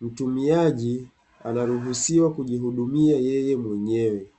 mtumiaji anaruhusiwa kujihudumia yeye mwenyewe.